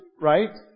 right